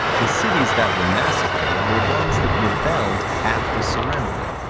the cities that were massacred were ones that rebelled after surrendering,